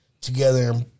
together